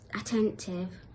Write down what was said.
attentive